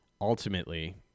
ultimately